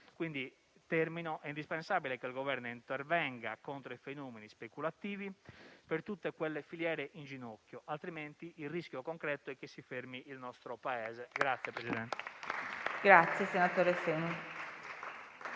è indispensabile che il Governo intervenga contro i fenomeni speculativi per tutte quelle filiere in ginocchio; altrimenti il rischio concreto è che si fermi il nostro Paese.